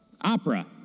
opera